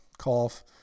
cough